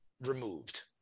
removed